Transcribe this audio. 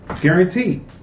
Guaranteed